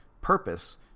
purpose